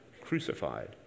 Crucified